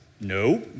No